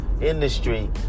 industry